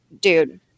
dude